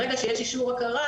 ברגע שיש אישור הכרה,